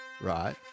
right